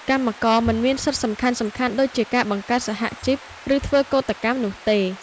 កម្មករមិនមានសិទ្ធិសំខាន់ៗដូចជាការបង្កើតសហជីព ឬធ្វើកូដកម្មនោះទេ។